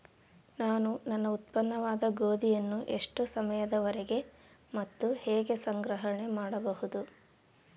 ನಾನು ನನ್ನ ಉತ್ಪನ್ನವಾದ ಗೋಧಿಯನ್ನು ಎಷ್ಟು ಸಮಯದವರೆಗೆ ಮತ್ತು ಹೇಗೆ ಸಂಗ್ರಹಣೆ ಮಾಡಬಹುದು?